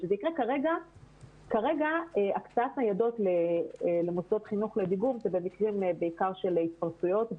כרגע הקצאת ניידות למוסדות חינוך זה במקרים בעיקר של התפרצויות,